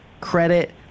credit